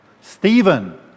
stephen